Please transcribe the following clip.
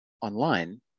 online